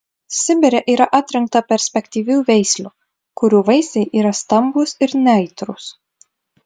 sibire yra atrinkta perspektyvių veislių kurių vaisiai yra stambūs ir neaitrūs